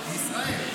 מישראל.